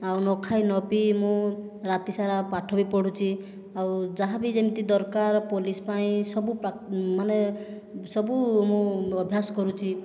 ଆଉ ନଖାଇ ନପିଇ ମୁଁ ରାତିସାରା ପାଠ ବି ପଢ଼ୁଛି ଆଉ ଯାହାବି ଯେମିତି ଦରକାର ପୋଲିସ ପାଇଁ ସବୁ ମାନେ ସବୁ ମୁଁ ଅଭ୍ୟାସ କରୁଛି